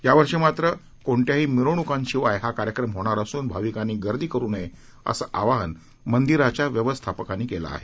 यावर्षी मात्र कोणत्याही मिरवणुकांशिवाय हा कार्यक्रम होणार असून भाविकांनी गर्दी करू नये असं आवाहन मंदिरांच्या व्यवस्थापनांनी केलं आहे